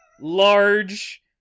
large